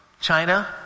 China